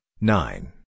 nine